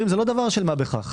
זה לא דבר של מה בכך.